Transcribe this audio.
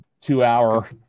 two-hour